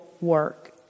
work